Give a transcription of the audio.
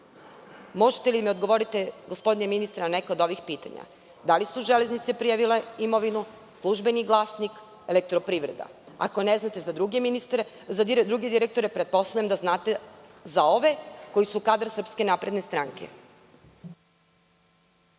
Možete li da mi odgovorite, gospodine ministre, na neka od ovih pitanja? Da li su „Železnice“ prijavile imovinu, „Službeni glasnik“, Elektroprivreda? Ako ne znate za druge direktore, pretpostavljam da znate za ove koji su kadar SNS. **Konstantin